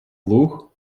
луг